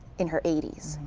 in her eighties,